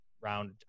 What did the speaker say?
round